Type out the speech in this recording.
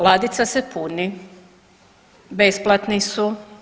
Ladica se puni, besplatni su.